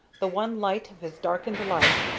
the one light of his darkened life,